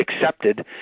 accepted